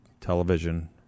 Television